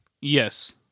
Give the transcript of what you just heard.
Yes